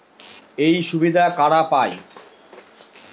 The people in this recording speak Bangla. এই সুবিধা কারা পায়?